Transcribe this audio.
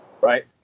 Right